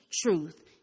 truth